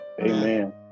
amen